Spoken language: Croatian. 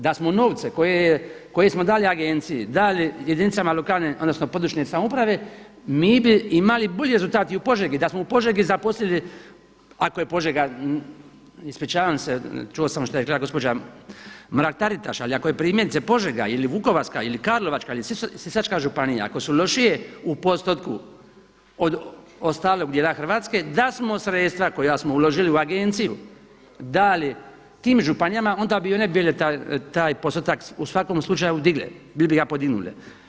Da smo novce koje smo dali Agenciji dali jedinicama lokalne odnosno područne samouprave mi bi imali bolji rezultat i u Požegi da smo u Požegi zaposlili ako je Požega, ispričavam se čuo sam što je rekla gospođa Mrak-Taritaš, ali ako je primjerice Požega ili Vukovarska ili Karlovačka ili Sisačka županija ako su lošije u postotku od ostalog dijela Hrvatske da smo sredstva koja smo uložili u Agenciju dali tim županijama onda bi one bile taj postotak u svakom slučaju digle, bile bi ga podignule.